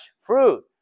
fruit